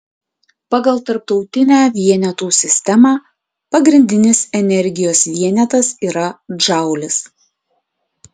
pagal tarptautinę vienetų sistemą pagrindinis energijos vienetas yra džaulis